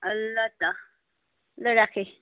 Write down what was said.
ल त ल राखेँ